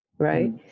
Right